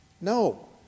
No